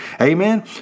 amen